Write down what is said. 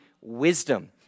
wisdom